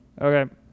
Okay